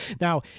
Now